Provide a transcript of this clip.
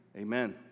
amen